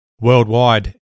worldwide